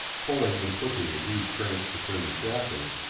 pulling and pushing the huge cranks to turn the shafting,